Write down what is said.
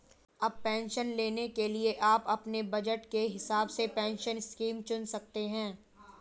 अब पेंशन लेने के लिए आप अपने बज़ट के हिसाब से पेंशन स्कीम चुन सकते हो